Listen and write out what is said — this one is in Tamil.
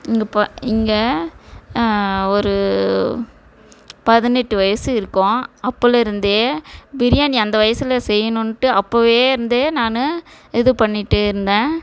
இங்கே ப இங்கே ஒரு பதினெட்டு வயது இருக்கும் அப்போதிலருந்தே பிரியாணி அந்த வயசில் செய்யணுன்ட்டு அப்போவே இருந்தே நான் இது பண்ணிகிட்டு இருந்தேன்